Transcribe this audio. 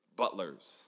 butlers